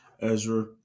Ezra